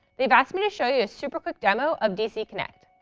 they've asked me to show you a super quick demo of dc connect.